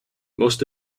most